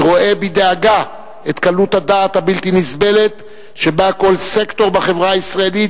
אני רואה בדאגה את קלות הדעת הבלתי נסבלת שבה כל סקטור בחברה הישראלית